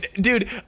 dude